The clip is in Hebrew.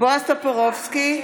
בועז טופורובסקי,